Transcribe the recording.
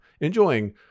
enjoying